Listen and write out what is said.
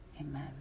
Amen